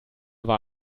war